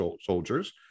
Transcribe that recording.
soldiers